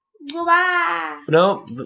no